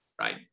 Right